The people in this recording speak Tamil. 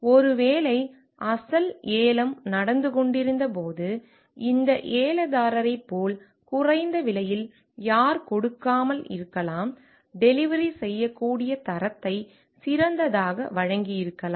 ஒருவேளை அசல் ஏலம் நடந்து கொண்டிருந்த போது இந்த ஏலதாரரைப் போல் குறைந்த விலையில் யார் கொடுக்காமல் இருக்கலாம் டெலிவரி செய்யக்கூடிய தரத்தை சிறந்ததாக வழங்கியிருக்கலாம்